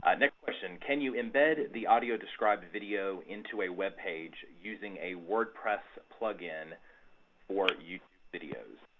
next question. can you embed the audio described video into a web page using a word press plug-in for youtube videos?